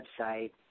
website